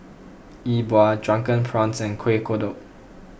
E Bua Drunken Prawns Kuih Kodok